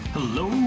Hello